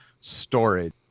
storage